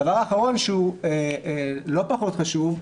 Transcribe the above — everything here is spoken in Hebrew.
דבר אחרון שלא פחות חשוב,